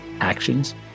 actions